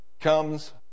comes